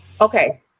okay